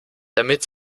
damit